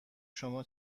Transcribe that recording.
شما